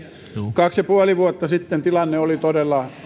kaksi pilkku viisi vuotta sitten tilanne oli todella